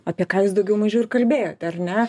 apie ką jūs daugiau mažiau ir kalbėjote ar ne